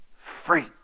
free